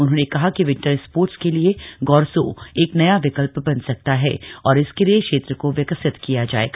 उन्होंने कहा कि विंटर स्पोर्ट्स के लिए गौरसो एक नया विकल्प बन सकता है और इसके लिए क्षेत्र को विकसित किया जाएगा